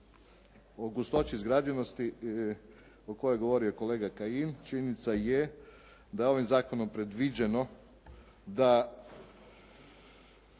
o gustoći izgrađenosti o kojoj je govorio i kolega Kajin činjenica je da je ovim zakonom predviđeno da